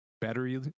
battery